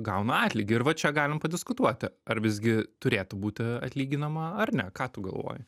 gauna atlygį ir va čia galim padiskutuoti ar visgi turėtų būti atlyginama ar ne ką tu galvoji